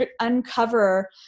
uncover